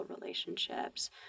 relationships